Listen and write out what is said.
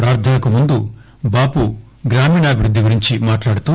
ప్రార్థనకు ముందు బాపూ గ్రామీణాభివృద్ది గురించి మాట్లాడుతూ